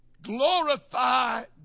Glorify